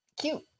cute